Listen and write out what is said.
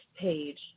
page